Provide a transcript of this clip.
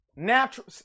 Natural